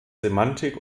semantik